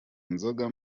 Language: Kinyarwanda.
nzoga